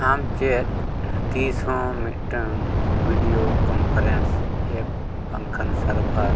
ᱟᱢ ᱪᱮᱫ ᱛᱤᱥ ᱦᱚᱸ ᱢᱤᱫᱴᱟᱹᱝ ᱵᱷᱤᱰᱤᱭᱳ ᱠᱚᱱᱯᱷᱟᱨᱮᱱᱥ ᱮᱯ ᱵᱟᱝᱠᱷᱟᱱ ᱥᱟᱨᱵᱷᱟᱨ